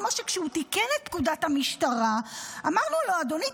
כמו שכשהוא תיקן את פקודת המשטרה אמרנו לו: אדוני,